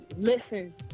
listen